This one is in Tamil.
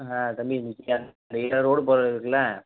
தம்பி இன்னிக்கு ரோடு போடுகிறது இருக்குல்ல